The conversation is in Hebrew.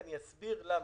ואסביר למה.